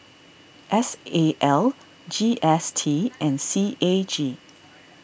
S A L G S T and C A G